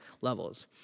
levels